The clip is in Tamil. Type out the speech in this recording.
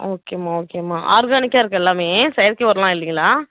ஓகேம்மா ஓகேம்மா ஆர்கானிக்காக இருக்கா எல்லாமே செயற்கை உரலாம் இல்லைங்களா